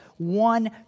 one